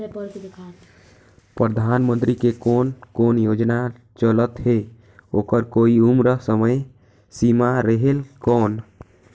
परधानमंतरी के कोन कोन योजना चलत हे ओकर कोई उम्र समय सीमा रेहेल कौन?